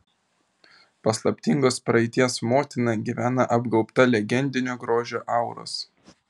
paslaptingos praeities motina gyvena apgaubta legendinio grožio auros